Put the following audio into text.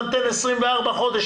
אתה נותן 24 חודשים,